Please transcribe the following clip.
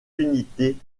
unités